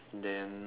then